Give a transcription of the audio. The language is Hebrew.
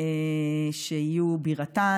שיהיו בירתן.